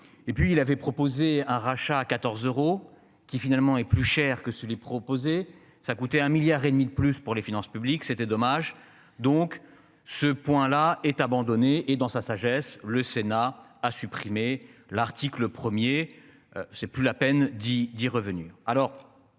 et puis il avait proposé un rachat à 14 euros qui finalement est plus cher que celui proposé ça a coûté un milliard et demi de plus pour les finances publiques. C'était dommage donc ce point-là est abandonné et dans sa sagesse, le Sénat a supprimé l'article 1er. C'est plus la peine d'y, d'y revenir